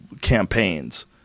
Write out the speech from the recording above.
campaigns